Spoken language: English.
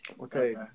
Okay